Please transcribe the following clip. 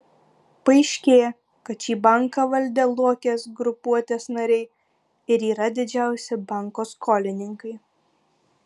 paaiškėja kad šį banką valdę luokės grupuotės nariai ir yra didžiausi banko skolininkai